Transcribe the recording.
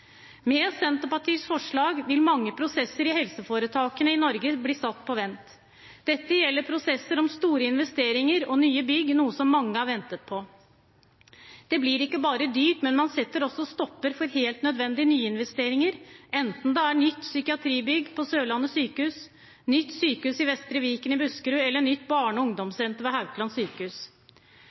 Med Senterpartiets forslag vil mange prosesser i helseforetakene i Norge bli satt på vent. Dette gjelder prosesser om store investeringer og nye bygg – noe som mange har ventet på. Det blir ikke bare dyrt – man setter også en stopper for helt nødvendig nyinvesteringer, enten det er nytt psykiatribygg på Sørlandet sykehus, nytt sykehus i Vestre Viken i Buskerud eller nytt barne- og ungdomssenter ved Haukeland sykehus.